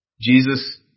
Jesus